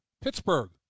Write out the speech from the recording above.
Pittsburgh